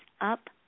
up